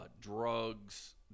drugs